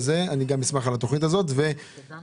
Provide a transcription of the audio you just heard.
פארק אשכול,